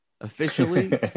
Officially